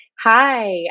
Hi